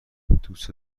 دوست